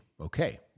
Okay